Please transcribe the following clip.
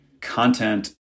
content